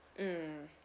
mm